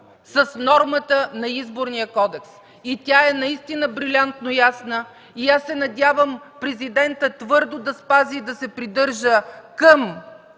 с нормата на Изборния кодекс и тя е брилянтно ясна! Аз се надявам Президентът твърдо да спазва и да се придържа към